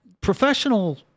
professional